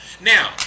Now